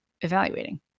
evaluating